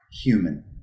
human